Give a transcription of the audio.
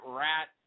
rat